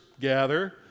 gather